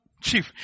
chief